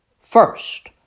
first